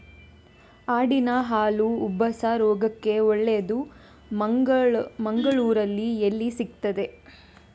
ಆಡಿನ ಹಾಲು ಉಬ್ಬಸ ರೋಗಕ್ಕೆ ಒಳ್ಳೆದು, ಮಂಗಳ್ಳೂರಲ್ಲಿ ಎಲ್ಲಿ ಸಿಕ್ತಾದೆ?